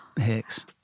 hicks